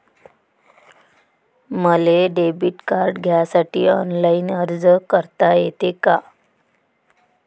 मले debit card घ्यासाठी online अर्ज करता येते का?